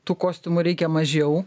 tų kostiumų reikia mažiau